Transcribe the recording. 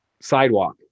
sidewalk